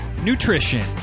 nutrition